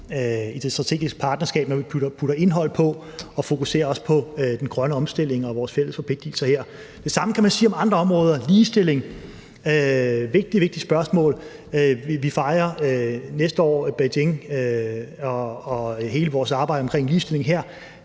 i det strategiske partnerskab, når vi putter indhold på – at fokusere på den grønne omstilling og vores fælles forpligtigelser her. Det samme kan man sige om andre områder. Ligestilling er et vigtigt, vigtigt spørgsmål, som vi fejrer næste år i Beijing, og der er hele vores arbejde omkring ligestilling her.